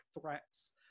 threats